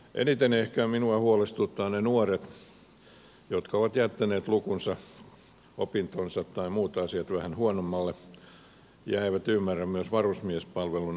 eniten ehkä minua huolestuttavat ne nuoret jotka ovat jättäneet lukunsa opintonsa tai muut asiat vähän huonommalle tolalle eivätkä ymmärrä myös varusmiespalvelun antamia valmiuksia